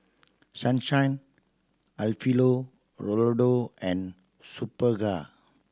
Sunshine Alfio Raldo and Superga